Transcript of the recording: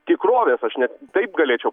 tikrovės aš net taip galėčiau